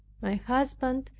my husband,